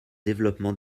développement